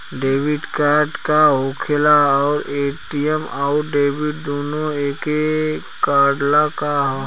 Debit card का होखेला और ए.टी.एम आउर डेबिट दुनों एके कार्डवा ह का?